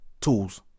Tools